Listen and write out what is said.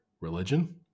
religion